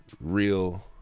real